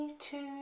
two,